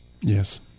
Yes